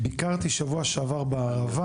ביקרתי שבוע שעבר בערבה,